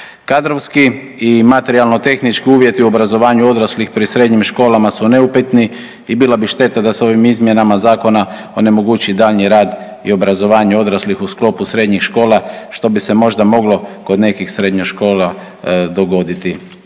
Kadrovski i materijalno tehnički uvjeti u obrazovanju odraslih pri srednjim školama su neupitni i bila bi šteta da se ovim izmjenama zakona onemogući daljnji rad i obrazovanje odraslih u sklopu srednjih škola, što bi se možda moglo kod nekih srednjih škola dogoditi